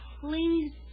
please